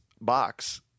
box